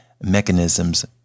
mechanisms